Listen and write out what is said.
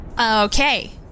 Okay